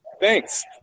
Thanks